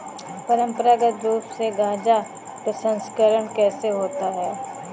परंपरागत रूप से गाजा प्रसंस्करण कैसे होता है?